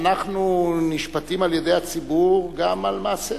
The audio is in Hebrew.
אנחנו נשפטים על-ידי הציבור גם על מעשינו.